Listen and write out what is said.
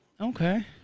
Okay